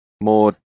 more